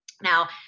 Now